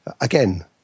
again